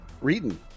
reading